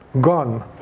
Gone